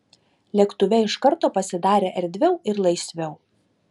lėktuve iš karto pasidarė erdviau ir laisviau